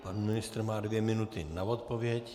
Pan ministr má dvě minuty na odpověď.